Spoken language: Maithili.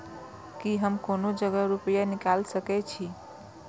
की हम कोनो जगह रूपया निकाल सके छी?